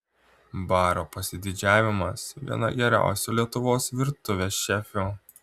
baro pasididžiavimas viena geriausių lietuvos virtuvės šefių